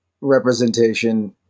representation